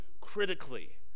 critically